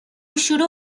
شروع